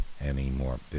anymore